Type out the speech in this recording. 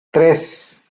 tres